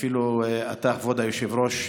אפילו אתה, כבוד היושב-ראש,